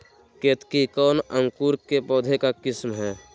केतकी कौन अंकुर के पौधे का किस्म है?